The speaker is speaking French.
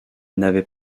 n’avait